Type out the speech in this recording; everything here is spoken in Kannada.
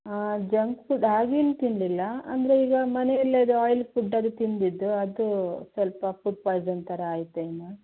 ಜಂಕ್ ಫುಡ್ ಹಾಗೇನು ತಿನ್ನಲಿಲ್ಲ ಅಂದರೆ ಈಗ ಮನೆಯಲ್ಲೇ ಅದು ಆಯಿಲ್ ಫುಡ್ ಅದು ತಿಂದಿದ್ದು ಅದು ಸ್ವಲ್ಪ ಫುಡ್ ಪಾಯಿಸನ್ ಥರ ಆಯಿತೇನೋ